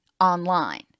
online